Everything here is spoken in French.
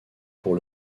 pour